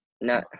No